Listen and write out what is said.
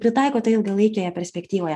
pritaiko tai ilgalaikėje perspektyvoje